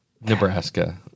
Nebraska